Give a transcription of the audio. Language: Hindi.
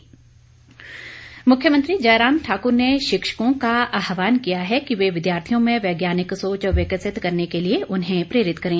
मुख्यमंत्री मुख्यमंत्री जयराम ठाक्र ने शिक्षकों का आहवान किया है कि वे विद्यार्थियों में वैज्ञानिक सोच विकसित करने के लिए उन्हें प्रेरित करें